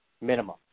minimum